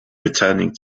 returning